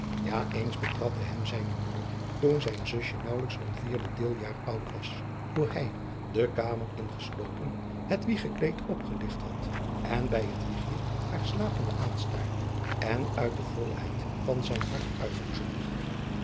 ja eens betrapte hem zijne moeder toen zijn zusje naauwlijks een vierde deel adriaan loosjes pzn het leven van hillegonda buisman jaar oud was hoe hij de kamer ingeslopen het wiegekleed opgeligt had en bij het wiegje haar slapende aanstaarde en uit de volheid van zijn hart